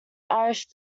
irish